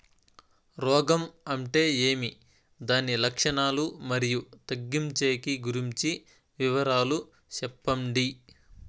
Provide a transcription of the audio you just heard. రోగం అంటే ఏమి దాని లక్షణాలు, మరియు తగ్గించేకి గురించి వివరాలు సెప్పండి?